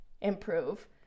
improve